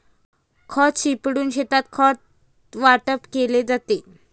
खत शिंपडून शेतात खत वाटप केले जाते